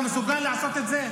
אתה מסוגל לעשות את זה?